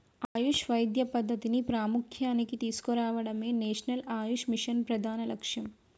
ఆయుష్ వైద్య పద్ధతిని ప్రాముఖ్య్యానికి తీసుకురావడమే నేషనల్ ఆయుష్ మిషన్ ప్రధాన లక్ష్యం